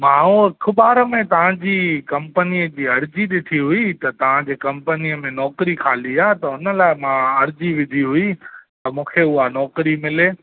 मां उहो अख़बार में तव्हांजी कंपनीअ जी अर्ज़ी ॾिठी हुई त तव्हांजे कंपनीअ में नौकिरी ख़ाली आहे त हुन लाइ मां अर्ज़ी विधी हुई त मूंखे उहा नौकिरी मिले